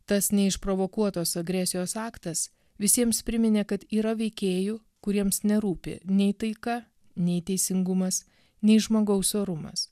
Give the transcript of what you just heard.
tas neišprovokuotos agresijos aktas visiems priminė kad yra veikėjų kuriems nerūpi nei taika nei teisingumas nei žmogaus orumas